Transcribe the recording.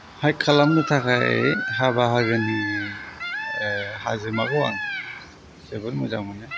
हाइक खालामनो थाखाय हा बाहागोनि हाजोमाखौ आं जोबोर मोजां मोनो